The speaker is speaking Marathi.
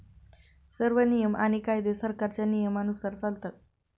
सर्व नियम आणि कायदे सरकारच्या नियमानुसार चालतात